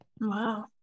Wow